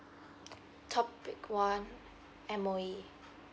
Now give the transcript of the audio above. topic one M_O_E